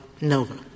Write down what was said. NOVA